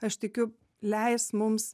aš tikiu leis mums